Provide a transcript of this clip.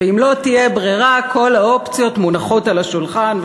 ואם לא תהיה ברירה כל האופציות מונחות על השולחן,